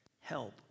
help